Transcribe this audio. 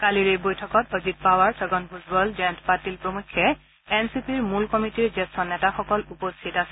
কালিৰ এই বৈঠকতঅজিত পাৱাৰ ছগন ভূজবাল জয়ন্ত পাটিল প্ৰমুখ্যে এন চি পিৰ মূল কমিটিৰ জ্যেষ্ঠ নেতাসকল উপস্থিত আছিল